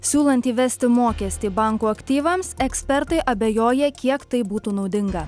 siūlant įvesti mokestį bankų aktyvams ekspertai abejoja kiek tai būtų naudinga